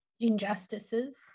injustices